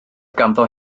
ganddo